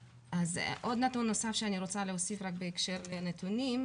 עוד נתון נוסף שאני רוצה להוסיף בהקשר לנתונים,